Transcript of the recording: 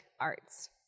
Arts